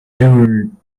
ever